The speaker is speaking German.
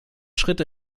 schritt